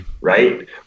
Right